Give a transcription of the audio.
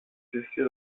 cesser